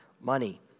money